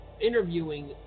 interviewing